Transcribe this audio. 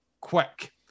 quick